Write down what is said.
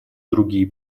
другие